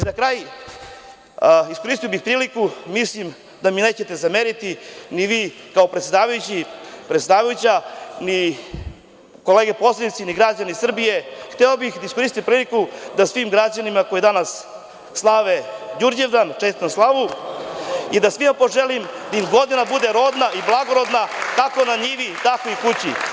Za kraj, iskoristio bih priliku, mislim da mi nećete zameriti ni vi kao predsedavajuća, ni kolege poslanici, ni građani Srbije, hteo bih da iskoristim priliku i da svim građanima koji danas slave Đurđevdan, čestitam slavu i da svima poželim da im godina bude rodna i blagorodna kako na njivi tako i kući.